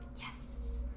Yes